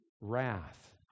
wrath